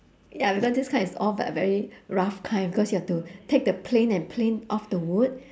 ya because this kind is all but very rough kind because you have to take the plane and plane off the wood